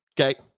Okay